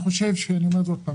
שלנו,